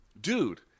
dude